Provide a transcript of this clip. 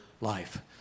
life